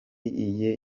iye